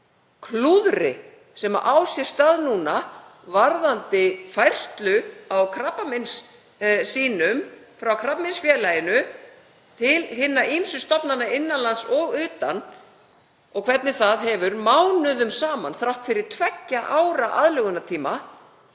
klúðri sem á sér stað núna varðandi færslu á krabbameinssýnum frá Krabbameinsfélaginu til hinna ýmsu stofnana innan lands og utan og hvernig það hefur mánuðum saman, þrátt fyrir tveggja ára aðlögunartíma,